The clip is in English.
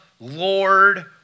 Lord